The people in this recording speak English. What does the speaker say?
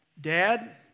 Dad